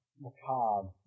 macabre